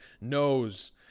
knows